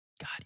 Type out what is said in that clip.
God